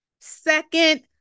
Second